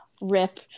Rip